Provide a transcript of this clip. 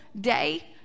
day